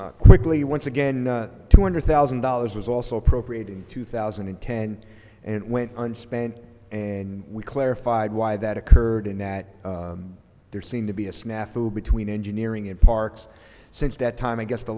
this quickly once again two hundred thousand dollars was also appropriated in two thousand and ten and went and spent and we clarified why that occurred and that there seemed to be a snafu between engineering and parks since that time i guess the